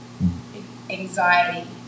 anxiety